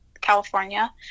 california